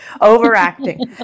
overacting